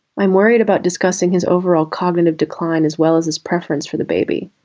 i'm worried about discussing his overall cognitive decline as well as his preference for the baby.